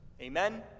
Amen